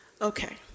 Okay